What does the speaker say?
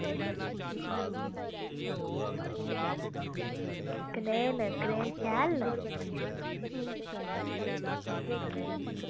कनेह् न कनेह् शैल न